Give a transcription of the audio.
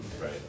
right